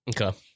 Okay